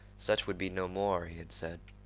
such would be no more, he had said.